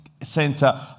center